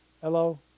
Hello